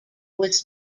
was